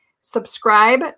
subscribe